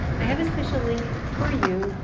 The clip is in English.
i have a special link for you,